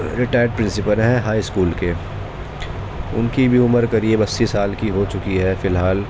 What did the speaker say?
retired principal ہیں high school کے ان کی بھی عمر قریب اسی سال کی ہو چکی ہے فی الحال